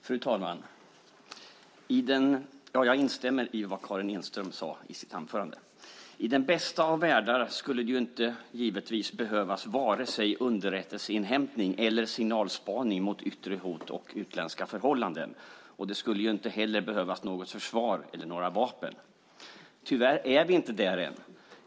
Fru talman! Jag instämmer i vad Karin Enström sade i sitt anförande. I den bästa av världar skulle det givetvis inte behövas vare sig underrättelseinhämtning eller signalspaning mot yttre hot och utländska förhållanden. Det skulle ju heller inte behövas något försvar eller några vapen. Tyvärr är vi inte där än.